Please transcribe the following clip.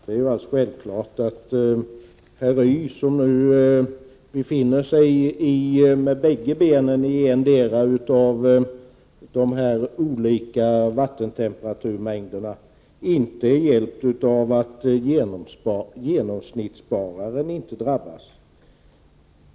Det är alldeles självklart att herr Y, som nu befinner sig med bägge benen i endera av de här olika vattentemperaturerna, inte är hjälpt av att genomsnittsspararen inte drabbas.